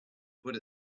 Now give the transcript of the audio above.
put